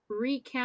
recap